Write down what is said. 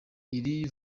iri